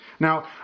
Now